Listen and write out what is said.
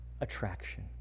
attraction